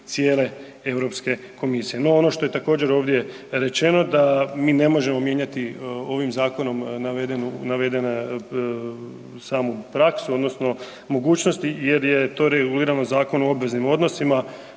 cijele Europske komisije. No, ono što je također ovdje rečeno da mi ne možemo mijenjati ovim zakonom navedenu, navedene samu praksu odnosno mogućnosti jer je to regulirano Zakonom o obveznim odnosima